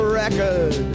record